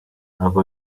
ntago